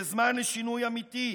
זה זמן לשינוי אמיתי,